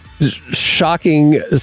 shocking